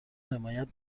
حمایت